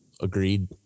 Agreed